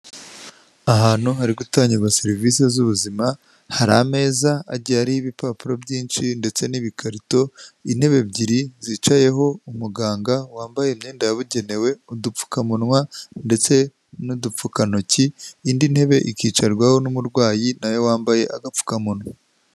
Ahantu hari gutangirwa serivisi z'ubuzima, hari ameza agiye ariho ibipapuro byinshi ndetse n'ibikarito, intebe ebyiri zicayeho umuganga wambaye imyenda yabugenewe, udupfukamunwa ndetse n'udupfuka ntoki indi ntebe ikicarwaho n'umurwayi nawe wambaye agapfukamunwa.